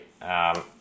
right